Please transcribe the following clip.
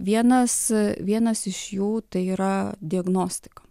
vienas vienas iš jų tai yra diagnostika